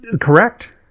Correct